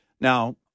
Now